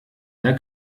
der